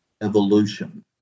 evolution